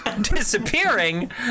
disappearing